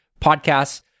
podcasts